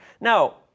Now